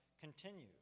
continues